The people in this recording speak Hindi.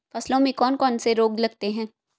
फसलों में कौन कौन से रोग लगते हैं?